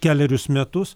kelerius metus